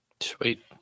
Sweet